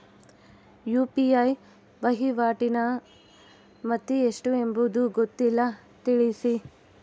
UPI ವಹಿವಾಟಿನ ಮಿತಿ ಎಷ್ಟು ಎಂಬುದು ಗೊತ್ತಿಲ್ಲ? ತಿಳಿಸಿ?